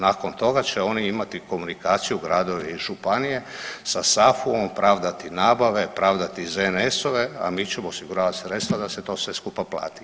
Nakon toga će oni imati komunikaciju gradovi i županije sa SAFU-om, pravdati nabave, pravdati ZNS-ove, a mi ćemo osiguravat sredstva da se to sve skupa plati.